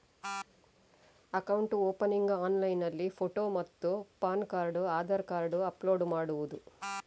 Account opening ಆನ್ಲೈನ್ನಲ್ಲಿ photo ಮತ್ತು PAN card Aadhaar card upload ಮಾಡುವುದು?